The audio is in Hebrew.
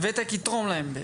הוותק יתרום להם.